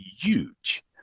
huge